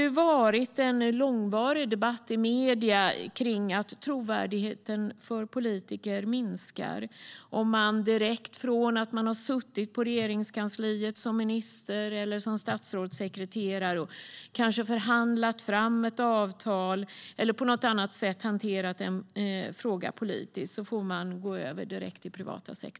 Det har varit en långvarig debatt i medierna kring att trovärdigheten för politiker minskar om man får gå över till den privata sektorn direkt efter att man har suttit på Regeringskansliet som minister eller statsrådssekreterare och kanske förhandlat fram ett avtal eller på annat sätt hanterat en fråga politiskt.